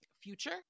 future